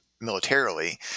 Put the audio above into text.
militarily